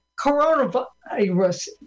coronavirus